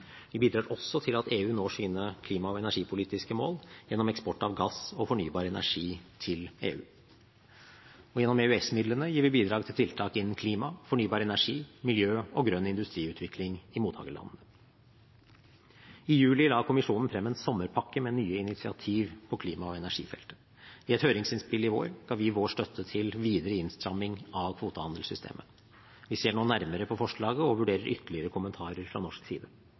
Vi bidrar også til at EU når sine klima- og energipolitiske mål gjennom eksport av gass og fornybar energi til EU. Gjennom EØS-midlene gir vi bidrag til tiltak innen klima, fornybar energi, miljø og grønn industriutvikling i mottakerlandene. I juli la kommisjonen frem en «sommerpakke» med nye initiativ på klima- og energifeltet. I et høringsinnspill i vår ga vi støtte til videre innstramming av kvotehandelssystemet. Vi ser nå nærmere på forslaget og vurderer ytterligere kommentarer fra norsk side.